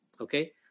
Okay